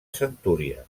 centúria